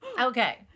Okay